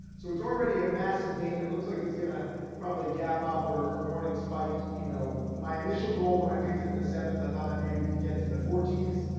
so it's already a massive gain, it looks like it's gonna probably gap up or or morning spike, you know, my initial goal, when i picked it in the sevens, i thought that maybe it could get to the fourteens.